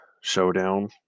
showdown